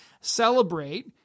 celebrate